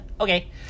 Okay